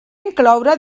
incloure